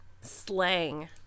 slang